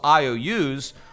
IOUs